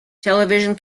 television